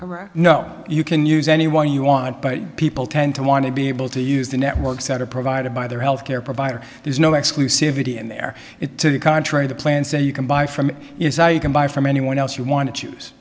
correct no you can use any one you want but people tend to want to be able to use the networks that are provided by their healthcare provider there's no exclusivity in their it to the contrary the plans say you can buy from you can buy from anyone else you want to choose